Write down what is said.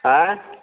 हाँ